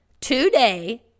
today